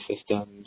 systems